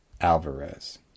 Alvarez